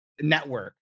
network